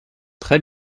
très